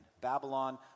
Babylon